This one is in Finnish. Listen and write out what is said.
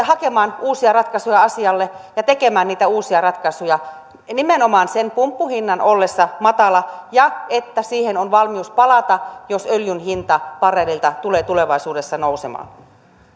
hakemaan uusia ratkaisuja asialle ja tekemään niitä uusia ratkaisuja nimenomaan sen pumppuhinnan ollessa matala ja siihen on valmius palata jos öljyn hinta barrelilta tulee tulevaisuudessa nousemaan